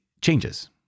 changes